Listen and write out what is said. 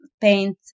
paint